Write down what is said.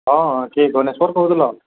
ହଁ କିଏ ଗଣେଶ୍ୱର କହୁଥିଲ